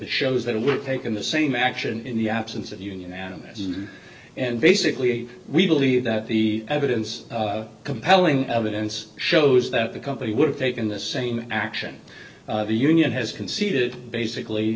the shows that were taken the same action in the absence of union animists and basically we believe that the evidence compelling evidence shows that the company would have taken the same action the union has conceded basically